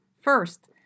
first